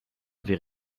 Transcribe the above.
avait